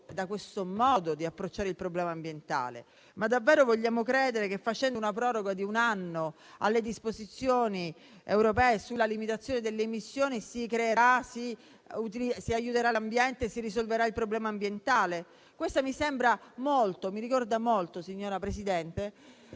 da questo modo di approcciare il problema ambientale. Ma davvero vogliamo credere che stabilendo una proroga di un anno alle disposizioni europee sulla limitazione delle emissioni si aiuterà l'ambiente, si risolverà il problema ambientale? Questa mi ricorda molto, signora Presidente,